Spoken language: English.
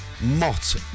Mott